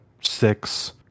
Six